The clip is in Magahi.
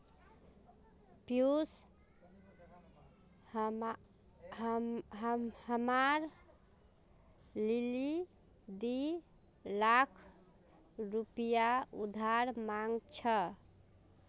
पियूष हमार लीगी दी लाख रुपया उधार मांग छ